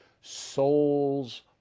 souls